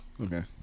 okay